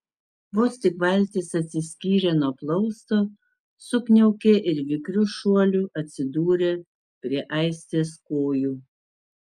vos tik valtis atsiskyrė nuo plausto sukniaukė ir vikriu šuoliu atsidūrė prie aistės kojų